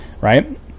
right